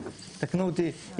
תקנו אותי,